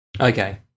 Okay